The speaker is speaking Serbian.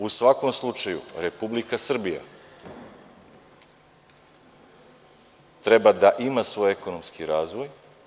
U svakom slučaju, Republika Srbija treba da ima svoj ekonomski razvoj.